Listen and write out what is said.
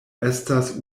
estas